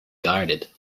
guarded